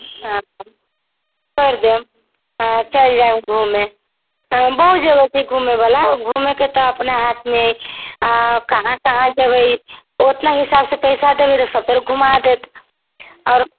हाँ करि देम आ चलि जायब घुमे आ बहुत जगह छै घुमै बला घुमै के तऽ अपना हाथ मे आ कहाँ कहाँ जेबै ओतना हिसाबसँ पइसा देबै तऽ सभतरि घुमा देत आओर